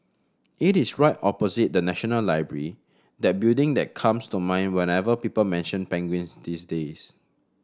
it is right opposite the National Library that building that comes to mind whenever people mention penguins these days